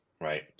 right